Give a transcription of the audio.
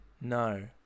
No